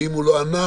ואם הוא לא ענה,